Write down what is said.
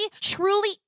truly